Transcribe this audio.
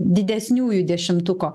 didesniųjų dešimtuko